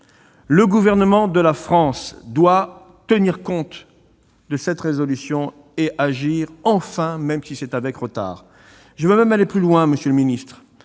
Le Gouvernement de la France doit tenir compte de cette résolution et agir enfin, même si c'est avec retard. J'irai même plus loin, monsieur le secrétaire